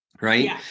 right